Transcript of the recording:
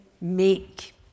make